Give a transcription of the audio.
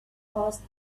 passed